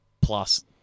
Plus